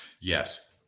Yes